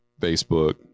Facebook